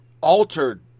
altered